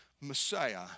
Messiah